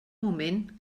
moment